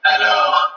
Alors